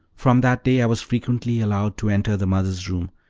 from that day i was frequently allowed to enter the mother's room,